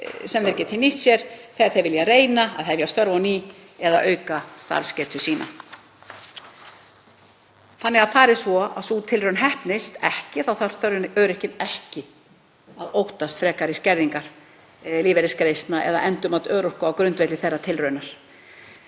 sem þeir geti nýtt sér þegar þeir vilja reyna að hefja störf á ný eða auka starfsgetu sína. Fari svo að sú tilraun heppnist ekki þarf öryrkinn ekki að óttast frekari skerðingar lífeyrisgreiðslna eða endurmat örorku á grundvelli þeirrar tilraunar.